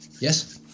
Yes